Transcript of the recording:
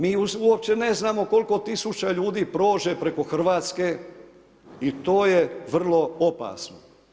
Mi uopće ne znamo koliko tisuća ljudi prođe preko Hrvatske i to je vrlo opasno.